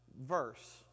verse